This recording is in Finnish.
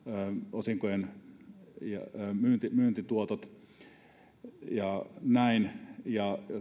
osinkojen ja myyntituottojen verotuksen ja näin ja